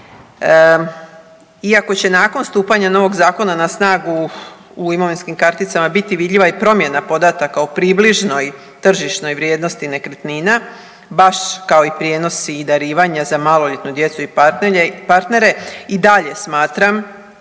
Iako će nakon stupanja novog zakona na snagu u imovinskim karticama biti vidljiva i promjena podataka o približnoj tržišnoj vrijednosti nekretnina, baš kao i prijenosi i darivanja za maloljetnu djecu i partnere i dalje smatra